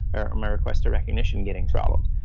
or my request to recognition getting throttled,